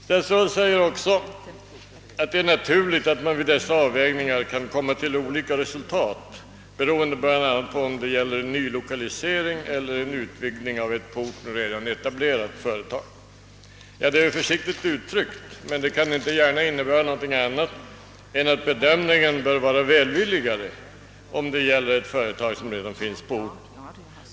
Statsrådet säger också: »Det är naturligt att man vid dessa avvägningar kan komma till olika resultat beroende bl.a. på om det gäller nylokalisering eller utvidgning av ett på orten redan etablerat företag.» Det är försiktigt uttryckt men kan inte gärna innebära någonting annat än att bedömningen bör vara välvilligare om det gäller ett företag som redan finns på orten.